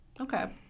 okay